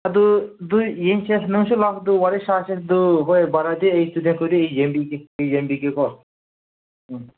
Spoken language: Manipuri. ꯑꯗꯨ ꯑꯗꯨ ꯌꯦꯡꯁꯦ ꯅꯪꯁꯨ ꯂꯥꯛꯄꯗꯨ ꯋꯥꯔꯤ ꯁꯥꯁꯦ ꯑꯗꯨ ꯍꯣꯏ ꯚꯔꯥꯗꯤ ꯑꯩ ꯏꯁꯇꯨꯗꯦꯟ ꯈꯣꯏꯗꯤ ꯌꯦꯡꯕꯤꯒꯦ ꯌꯦꯡꯕꯤꯒꯦꯀꯣ ꯎꯝ